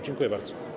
Dziękuję bardzo.